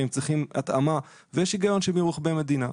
שצריכים התאמה ויש היגיון שהם רכבי מדינה.